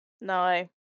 No